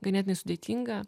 ganėtinai sudėtinga